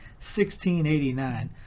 1689